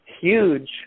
huge